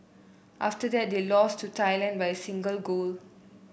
after that they lost to Thailand by a single goal